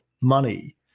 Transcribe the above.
money